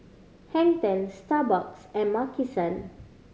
Hang Ten Starbucks and Maki San